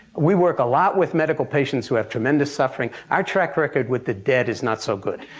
we work a lot with medical patients who have tremendous suffering. our track record with the dead is not so good.